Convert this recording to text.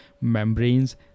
membranes